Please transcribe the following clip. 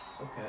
Okay